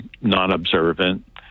non-observant